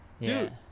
Dude